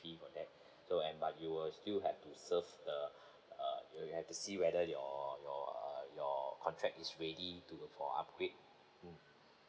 fee for that so and but you will still have to serve the uh you have to see whether your your uh your contract is ready to for upgrade mm